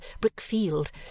brick-field